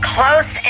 close